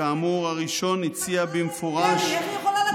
וכאמור הראשון הציע במפורש -- איך היא יכולה לתת חוות דעת בעניין דרעי?